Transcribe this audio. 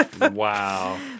Wow